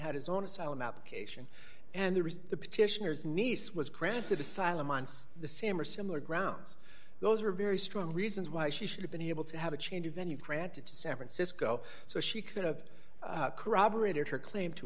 had his own asylum application and there was the petitioners niece was granted asylum months the same or similar grounds those were very strong reasons why she should have been able to have a change of venue granted to san francisco so she could have corroborated her claim to